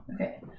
Okay